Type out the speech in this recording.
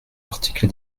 article